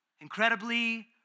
Incredibly